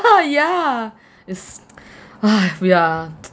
yeah it's !hais! we are